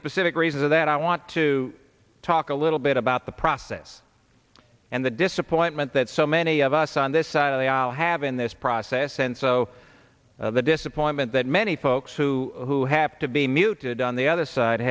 specific reason that i want to talk a little bit about the process and the disappointment that so many of us on this side of the aisle have in this process and so the disappointment that many folks who who have to be muted on the other side